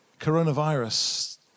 coronavirus